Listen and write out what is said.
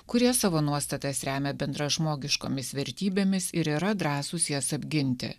kurie savo nuostatas remia bendražmogiškomis vertybėmis ir yra drąsūs jas apginti